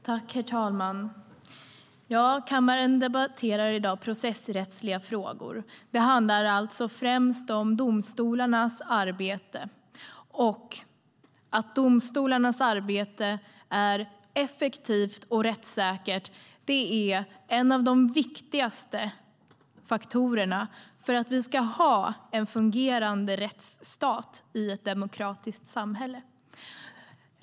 Herr ålderspresident! Kammaren debatterar i dag processrättsliga frågor. Det handlar alltså främst om domstolarnas arbete. Att domstolarnas arbete är effektivt och rättssäkert är en av de viktigaste faktorerna för en fungerande rättsstat i ett demokratiskt samhälle.